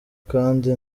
kandi